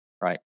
Right